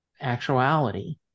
actuality